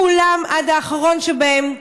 כולם עד האחרון שבהם,